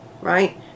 right